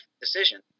decision